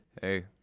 hey